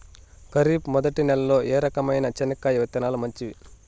ఖరీఫ్ మొదటి నెల లో ఏ రకమైన చెనక్కాయ విత్తనాలు మంచివి